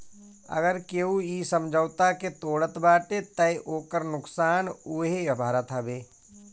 अगर केहू इ समझौता के तोड़त बाटे तअ ओकर नुकसान उहे भरत हवे